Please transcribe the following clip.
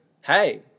Hey